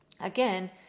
again